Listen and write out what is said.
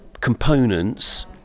components